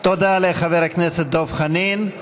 תודה לחבר הכנסת דב חנין.